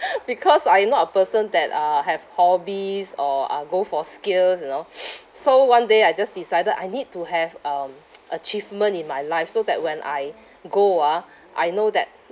because I am not a person that uh have hobbies or uh go for skills you know so one day I just decided I need to have um achievement in my life so that when I go ah I know that